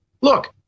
Look